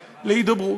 להידברות.